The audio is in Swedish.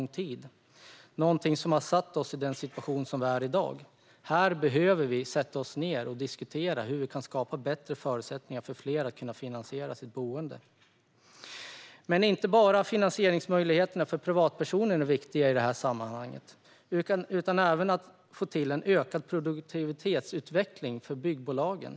Det är någonting som har satt oss i den situation som vi i dag är i. Vi behöver sätta oss ned och diskutera hur vi kan skapa bättre förutsättningar för fler att finansiera sitt boende. Men det är inte bara finansieringsmöjligheterna för privatpersoner som är viktiga i detta sammanhang. Det är även viktigt att få till en ökad produktivitetsutveckling för byggbolagen.